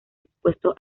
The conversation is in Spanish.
dispuesto